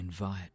Invite